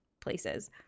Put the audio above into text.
places